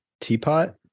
Teapot